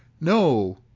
no